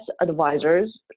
advisors